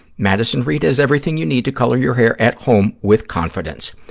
madison reed has everything you need to color your hair at home with confidence.